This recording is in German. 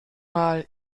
mal